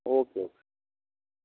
okay okay